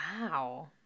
Wow